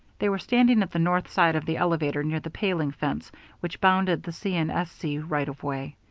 they were standing at the north side of the elevator near the paling fence which bounded the c. and s. c. right of way.